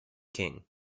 king